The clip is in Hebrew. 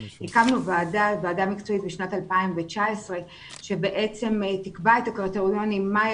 הקמנו ועדה מקצועית בשנת 2019 שהיא תקבע את הקריטריונים מהי